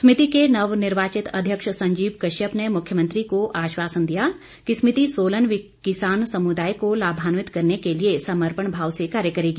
समिति के नवनिर्वाचित अध्यक्ष संजीव कश्यप ने मुख्यमंत्री को आश्वासन दिया कि समिति सोलन किसान समुदाय को लामान्वित करने के लिए समर्पण भाव से कार्य करेगी